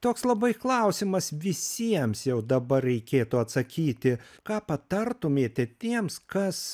toks labai klausimas visiems jau dabar reikėtų atsakyti ką patartumėte tiems kas